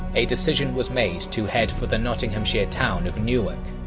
a decision was made to head for the nottinghamshire town of newark.